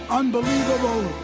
unbelievable